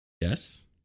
Yes